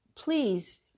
please